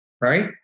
right